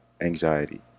anxiety